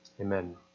Amen